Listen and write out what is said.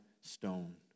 stone